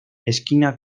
esquina